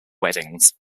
weddings